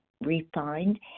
refined